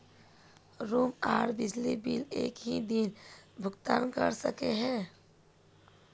Room आर बिजली के बिल एक हि दिन भुगतान कर सके है?